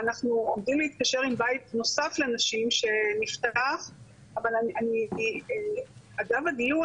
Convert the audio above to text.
ואנחנו עומדים להתקשר עם בית נוסף לנשים שנפתח אבל אגב הדיון,